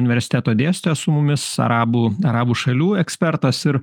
universiteto dėstytojas su mumis arabų arabų šalių ekspertas ir